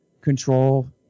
control